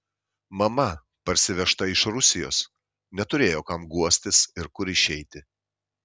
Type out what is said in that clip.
mama parsivežta iš rusijos neturėjo kam guostis ir kur išeiti